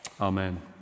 Amen